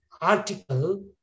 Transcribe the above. article